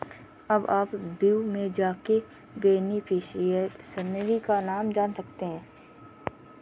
अब आप व्यू में जाके बेनिफिशियरी का नाम जान सकते है